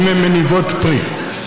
האם הן מניבות פרי?